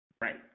Right